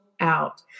out